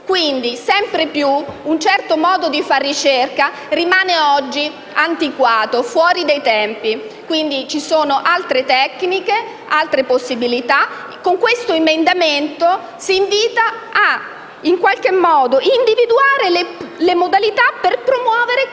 Quindi, sempre più, un certo modo di fare ricerca rimane antiquato, fuori dai tempi; ci sono altre tecniche e altre possibilità. Con questo emendamento si invita a individuare le modalità per promuovere questi